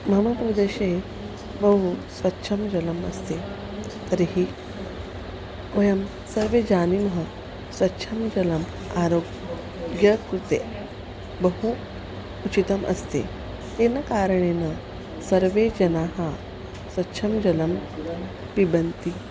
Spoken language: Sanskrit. मम प्रदेशे बहु स्वच्छं जलम् अस्ति तर्हि वयं सर्वे जानीमः स्वच्छं जलम् आरोग्य कृते बहु उचितम् अस्ति तेन कारणेन सर्वे जनाः स्वच्छं जलं पिबन्ति